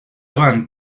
van